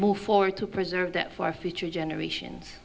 move forward to preserve that for future generations